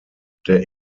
der